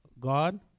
God